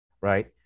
right